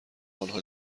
انها